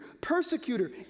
persecutor